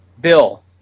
Bill